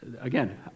Again